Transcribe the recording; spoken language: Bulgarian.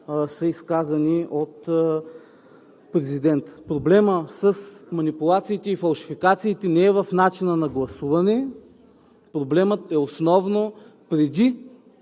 са изказани от президента. Проблемът с манипулациите и фалшификациите не е в начина на гласуване, проблемът е основно преди